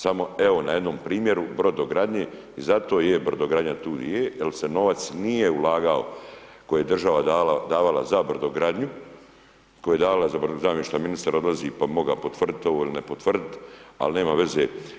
Samo evo, na jednom primjeru, brodogradnje i zato je brodogradnja tu di je jer se novac nije ulagao, koje je država davala za brodogradnju, koja je davala za .../nerazumljivo/... ministar odlazi pa bi mogao potvrditi ovo ili ne potvrditi, ali nema veze.